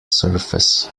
surface